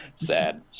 sad